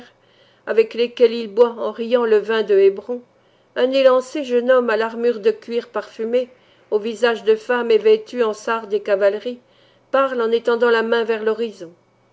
avec lesquels il boit en riant le vin de hébron un élancé jeune homme à l'armure de cuir parfumé au visage de femme et vêtu en sar des cavaleries parle en étendant la main vers l'horizon